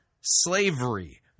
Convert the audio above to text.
slavery